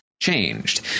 changed